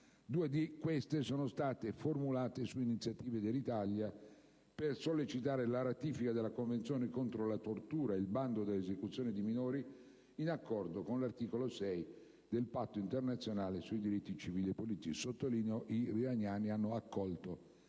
Due di esse sono state formulate su iniziativa dell'Italia per sollecitare la ratifica della Convenzione contro la tortura e sul bando delle esecuzioni di minori in accordo con l'articolo 6 del Patto internazionale sui diritti civili e politici. Sottolineo ancora il fatto